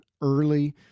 early